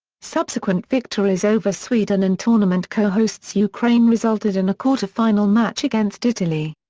subsequent victories over sweden and tournament co-hosts ukraine resulted in a quarter-final match against italy.